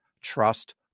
Trust